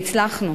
והצלחנו,